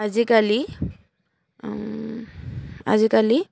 আজিকালি আজিকালি